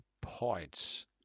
points